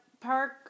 Park